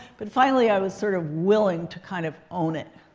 but finally, i was sort of willing to kind of own it.